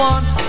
One